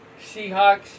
Seahawks